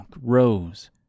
rose